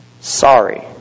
sorry